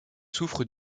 souffrent